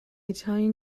italian